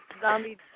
zombie